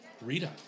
Rita